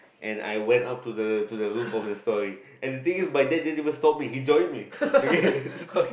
and I went up to the to the roof of the story and the thing is by then didn't even stomp me he join me okay